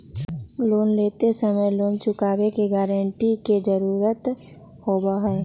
loan लेते समय loan चुकावे के गारंटी के जरुरत होबा हई